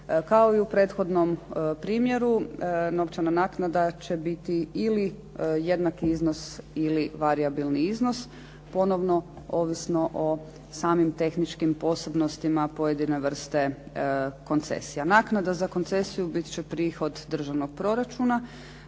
Kao i u prethodnom primjeru novčana naknada će biti ili jednaki iznos ili varijabilni iznos, ponovo ovisno o samim tehničkim posebnostima pojedine vrste koncesija. Naknada za koncesiju bit će prihod državnog proračuna,